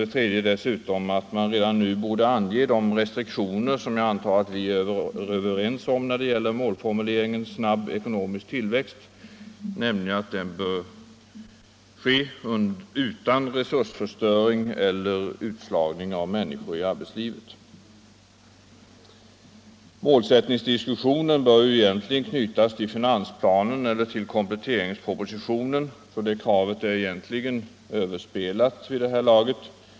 Ett förslag att man redan nu skall ange de restriktioner som jag antar att vi är överens om när det gäller målformuleringen ”snabb ekonomisk tillväxt”, nämligen att den bör ske utan resursförstöring eller utslagning av människor i arbetslivet. Målsättningsdiskussionen bör egentligen knytas till finansplanen eller kompletteringspropositionen, så det kravet är i och för sig överspelat vid det här laget.